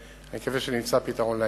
ונקווה שנמצא פתרון לעניין.